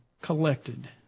collected